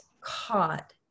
caught